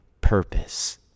purpose